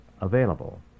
available